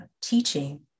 teaching